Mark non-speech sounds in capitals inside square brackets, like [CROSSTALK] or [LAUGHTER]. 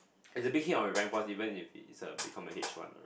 [NOISE] is a big hit of your rank points even if it's become a H one